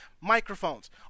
microphones